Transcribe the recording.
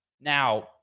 Now